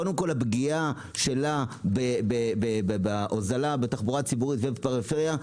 הפגיעה של שרת התחבורה בתחבורה הציבורית היא פגיעה בפריפריה,